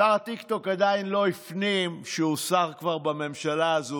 שר הטיקטוק עדיין לא הפנים שהוא כבר שר בממשלה הזו,